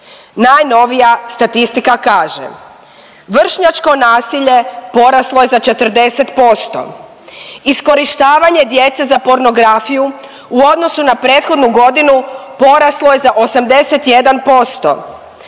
Najnovija statistika kaže vršnjačko nasilje poraslo je za 40%. Iskorištavanje djece za pornografiju u odnosu na prethodnu godinu poraslo je za 81%,